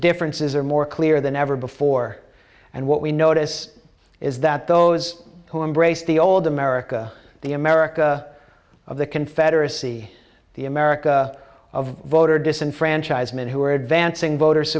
differences are more clear than ever before and what we notice is that those who embrace the old america the america of the confederacy the america of voter disenfranchisement who are advancing voter